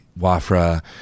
Wafra